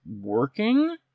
working